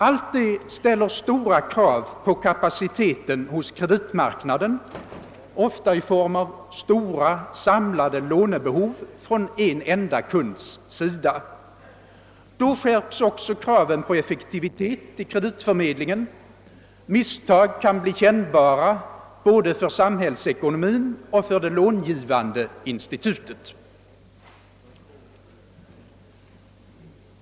Allt detta ställer stora krav på kapaciteten hos kreditmarknaden, ofta i form av stora samlade lånebehov från en enda kund. Då skärps också kraven på effektiviteten i kreditförmedlingen; misstag kan bli kännbara för både samhällsekonomin och det långivande institutet.